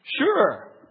Sure